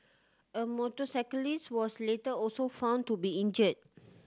a motorcyclist was later also found to be injure